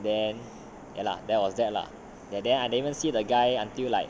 then ya lah that was that lah that day then I don't even see the guy until like